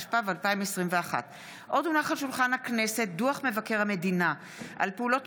התשפ"ב 2021. דוח מבקר המדינה על פעולות